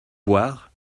voir